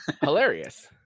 hilarious